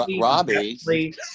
Robbie